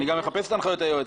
אני גם מחייב את הנחיות היועץ,